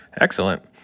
Excellent